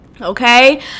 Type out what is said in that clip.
okay